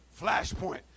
Flashpoint